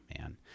man